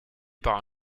par